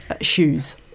shoes